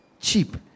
Cheap